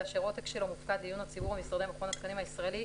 ואשר עותק שלו מופקד לעיון הציבור במשרדי מכון התקנים הישראלי,